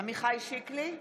עמיחי שיקלי,